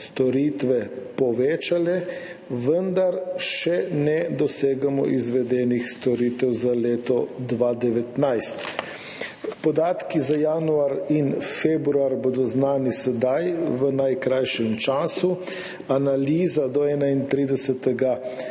storitve povečale, vendar še ne dosegamo izvedenih storitev za leto 2019. Podatki za januar in februar bodo znani sedaj v najkrajšem času. Analiza do 31.